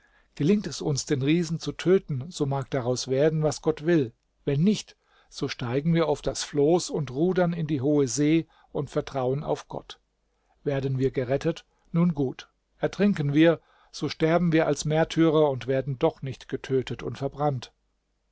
gelingt es uns den riesen zu töten so mag daraus werden was gott will wenn nicht so steigen wir auf das floß und rudern in die hohe see und vertrauen auf gott werden wir gerettet nun gut ertrinken wir so sterben wir als märtyrer und werden doch nicht getötet und verbrannt